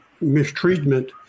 mistreatment